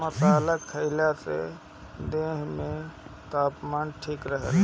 मसाला खईला से देह में तापमान ठीक रहेला